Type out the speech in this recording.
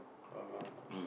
!alamak!